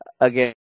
again